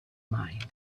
mind